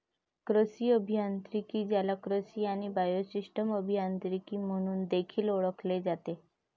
कृषी अभियांत्रिकी, ज्याला कृषी आणि बायोसिस्टम अभियांत्रिकी म्हणून देखील ओळखले जाते